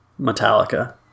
Metallica